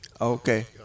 Okay